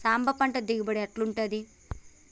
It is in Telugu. సాంబ పంట దిగుబడి ఎట్లుంటది?